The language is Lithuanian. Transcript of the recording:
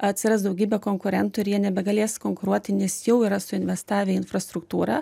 atsiras daugybė konkurentų ir jie nebegalės konkuruoti nes jau yra suinvestavę į infrastruktūrą